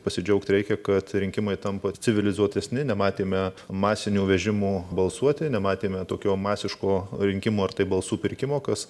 pasidžiaugti reikia kad rinkimai tampa civilizuotesni nematėme masinių vežimų balsuoti nematėme tokio masiško rinkimų ar tai balsų pirkimo kas